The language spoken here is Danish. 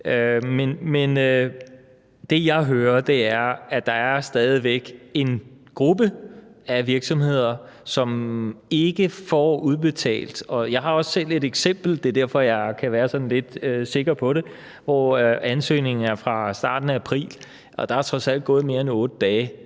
Det, jeg hører, er, at der stadig væk er en gruppe af virksomheder, som ikke får udbetalt. Og jeg har også selv et eksempel – det er derfor, jeg kan være på lidt sikker på det – på ansøgninger fra starten af april. Og der er trods alt gået mere end 8 dage